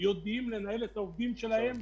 יודעים לנהל את העובדים שלהם,